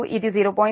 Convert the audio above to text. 35 0